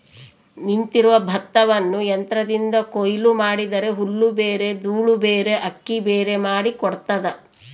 ನಿಂತಿರುವ ಭತ್ತವನ್ನು ಯಂತ್ರದಿಂದ ಕೊಯ್ಲು ಮಾಡಿದರೆ ಹುಲ್ಲುಬೇರೆ ದೂಳುಬೇರೆ ಅಕ್ಕಿಬೇರೆ ಮಾಡಿ ಕೊಡ್ತದ